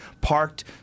parked